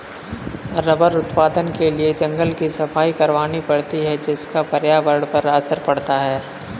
rubber उत्पादन के लिए जंगल की सफाई भी करवानी पड़ती है जिसका पर्यावरण पर असर पड़ता है